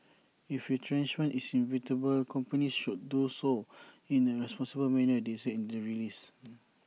if retrenchment is inevitable companies should do so in A responsible manner they said in the release